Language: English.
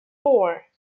four